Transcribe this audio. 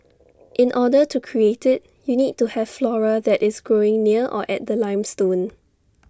in order to create IT you need to have flora that is growing near or at the limestone